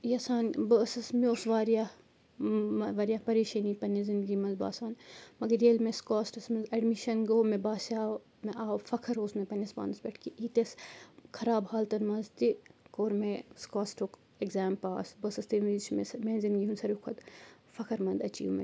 یَژھان بہٕ ٲسٕس مےٚ اوس واریاہ واریاہ پریشٲنی پننہِ زنٛدگی منٛز باسان مگر ییٚلہِ مےٚ سُکاسٹس منٛز اٮ۪ڈمشن گوٚو مےٚ باسیو مےٚ آو فخٕر اوس مےٚ پننِس پانس پیٹھ کہِ یٖتِس خراب حالتن منٛز تہِ کوٚر مےٚ سُکاسٹُک اٮ۪کزام پاس بہٕ ٲسٕس تمہِ وِزِ چھ مےٚ میانہِ زندگی ہُنٛد ساروی کھۄتہٕ فخٕرمنٛد ایچیٖومینٹ